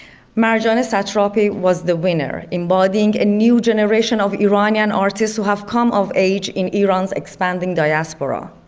marjane and satrapi was the winner embodying a new generation of iranian artists who have come of age in iran's expanding diaspora.